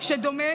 דומה